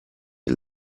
del